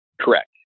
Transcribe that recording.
Correct